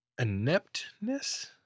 ineptness